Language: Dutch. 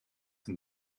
een